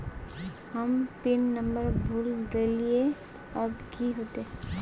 हम pin number भूल गलिऐ अब की होते?